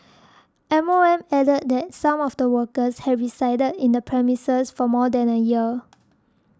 M O M added that some of the workers had resided in the premises for more than a year